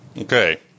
Okay